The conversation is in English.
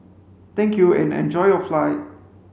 thank you and enjoy your flight